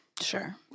sure